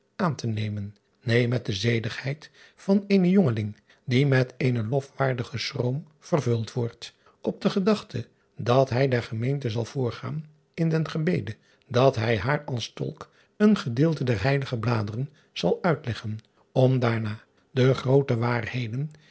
aan te nemen neen met de zedigheid van eenen jongeling die met eenen lofwaardigen schroom vervuld wordt op de gedachte dat hij der gemeente zal voorgaan in den gebede dat hij haar als tolk een gedeelte der eilige bladeren zal uitleggen om daarna de groote waarheden